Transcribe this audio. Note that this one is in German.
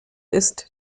ist